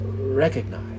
recognize